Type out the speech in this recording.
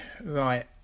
Right